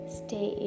stay